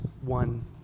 one